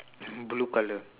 mmhmm blue colour